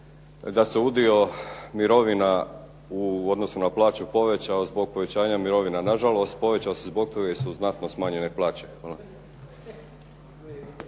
da se udio mirovina u odnosu na plaću povećao zbog povećanja mirovina. Nažalost, povećao se zbog toga jer su znatno smanjene plaće.